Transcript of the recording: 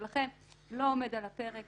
ולכן, לא עומד על הפרק